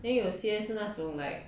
then 有些是那种 like